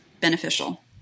beneficial